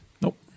Nope